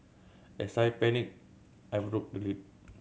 as I panicked I broke the lid